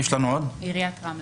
נעבור לצו העיריות (עבירות קנס),